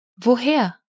Woher